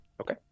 Okay